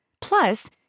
Plus